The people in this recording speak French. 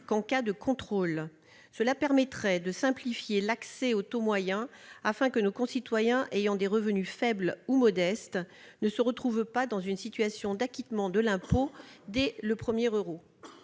qu'en cas de contrôle. Cette solution permettrait de simplifier l'accès au taux moyen, afin que nos concitoyens ayant des revenus faibles ou modestes ne soient pas sommés d'acquitter l'impôt dès le premier euro.